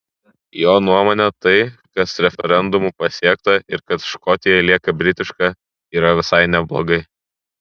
jo nuomone tai kas referendumu pasiekta ir kad škotija lieka britiška yra visai neblogai